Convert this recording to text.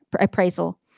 appraisal